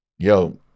yo